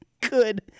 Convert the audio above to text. Good